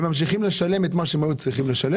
הם ממשיכים את מה שהם היו צריכים לשם